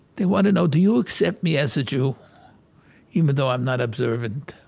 they want to know do you accept me as a jew even though i'm not observant?